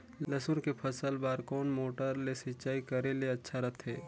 लसुन के फसल बार कोन मोटर ले सिंचाई करे ले अच्छा रथे?